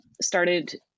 started